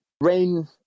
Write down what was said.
Rain